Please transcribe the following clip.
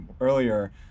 earlier